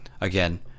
Again